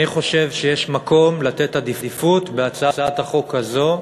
אני חושב שיש מקום לתת עדיפות בהצעת החוק הזאת,